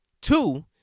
Two